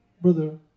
brother